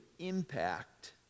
impact